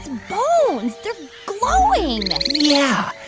bones. they're glowing yeah.